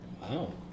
Wow